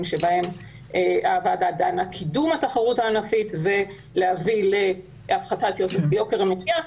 שעליהם הוועדה דנה: קידום התחרות הענפית ולהביא להפחתת יוקר המחיה,